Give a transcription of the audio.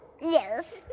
Yes